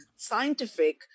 scientific